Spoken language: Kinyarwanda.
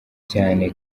cyane